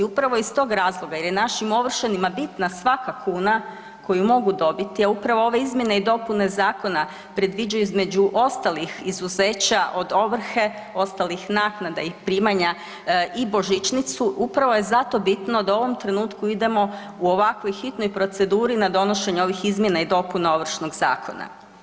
Upravo iz tog razloga jer je našim ovršenima bitna svaka kuna koju mogu dobiti, a upravo ove izmjene i dopune zakona predviđaju između ostalih izuzeća od ovrhe ostalih naknada i primanja i božićnicu, upravo je zato bitno da u ovom trenutku idemo u ovakvoj hitnoj proceduri na donošenje ovih izmjena i dopuna Ovršnog zakona.